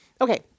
Okay